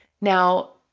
Now